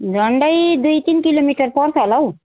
झन्डै दुई तिन किलोमिटर पर्छ होला हौ